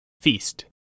Feast